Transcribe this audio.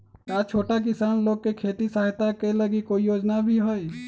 का छोटा किसान लोग के खेती सहायता के लगी कोई योजना भी हई?